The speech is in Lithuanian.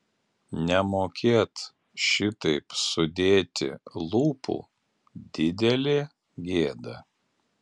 nemokėt šitaip sudėti lūpų didelė gėda